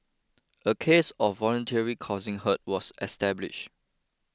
a case of voluntarily causing hurt was established